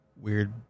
weird